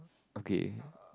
okay